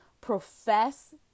profess